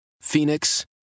Phoenix